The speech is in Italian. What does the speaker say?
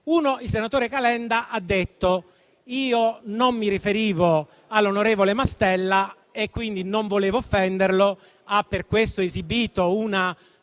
il senatore Calenda ha detto che non si riferiva all'onorevole Mastella e quindi non voleva offenderlo. Per questo ha esibito